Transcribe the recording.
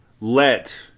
let